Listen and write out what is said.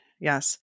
Yes